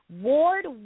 Ward